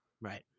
Right